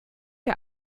der